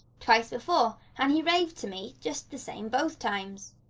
twice before. and he raved to me just the same both times.